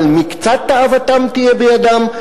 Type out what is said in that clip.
אבל מקצת תאוותם תהיה בידם.